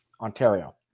Ontario